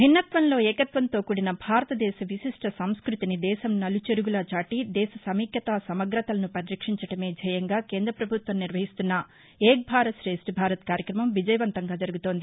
భిన్నత్వంలో ఏకత్వంతో కూడిన భారతదేశ విశిష్ష సంస్కృతిని దేశం నలు చెరుగులా చాటి దేశ సమైక్యతా సమగ్రతలను పరిరక్షించడమే ధ్యేయంగా కేంద్రపభుత్వం నిర్వహిస్తున్న ఏక్ భారత్ శేష్ట్ భారత్ కార్యక్రమం విజయవంతంగా జరుగుతోంది